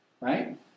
Right